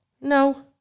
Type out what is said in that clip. No